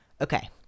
Okay